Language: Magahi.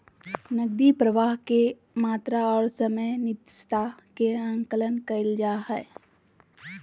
नकदी प्रवाह के मात्रा, समय औरो अनिश्चितता के आकलन कइल जा हइ